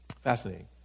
Fascinating